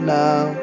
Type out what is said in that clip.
now